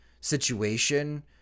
situation